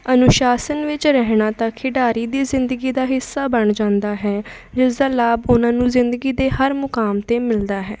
ਅਨੁਸ਼ਾਸਨ ਵਿੱਚ ਰਹਿਣਾ ਤਾਂ ਖਿਡਾਰੀ ਦੀ ਜ਼ਿੰਦਗੀ ਦਾ ਹਿੱਸਾ ਬਣ ਜਾਂਦਾ ਹੈ ਜਿਸ ਦਾ ਲਾਭ ਉਹਨਾਂ ਨੂੰ ਜ਼ਿੰਦਗੀ ਦੇ ਹਰ ਮੁਕਾਮ 'ਤੇ ਮਿਲਦਾ ਹੈ